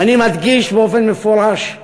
אני מדגיש באופן מפורש,